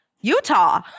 Utah